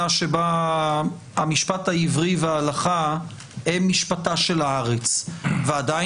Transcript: בה המשפט העברי וההלכה הם משפטה של הארץ ועדיין